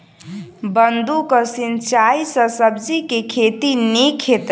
बूंद कऽ सिंचाई सँ सब्जी केँ के खेती नीक हेतइ?